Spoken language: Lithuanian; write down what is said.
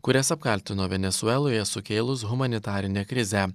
kurias apkaltino venesueloje sukėlus humanitarinę krizę